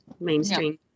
mainstream